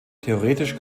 theoretisch